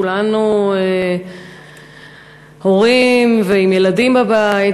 כולנו הורים ועם ילדים בבית,